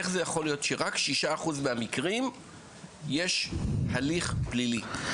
איך זה יכול להיות שרק 6% מהמקרים יש הליך פלילי?